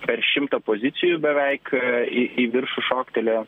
per šimtą pozicijų beveik į į viršų šoktelėjo